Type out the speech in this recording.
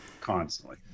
Constantly